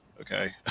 Okay